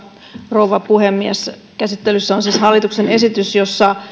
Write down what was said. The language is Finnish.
rouva puhemies käsittelyssä on siis hallituksen esitys jossa